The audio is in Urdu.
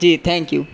G thank you